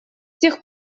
тех